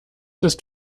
ist